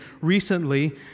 recently